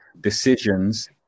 decisions